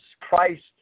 Christ